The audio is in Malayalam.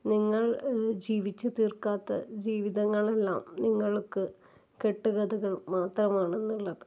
നിങ്ങൾ ജീവിച്ച് തീർക്കാത്ത ജീവിതങ്ങളെല്ലാം നിങ്ങൾക്ക് കെട്ടുകഥകൾ മാത്രമാണെന്നുള്ളത്